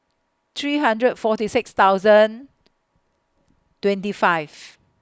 three hundred forty six thousand twenty five